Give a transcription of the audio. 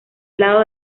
lado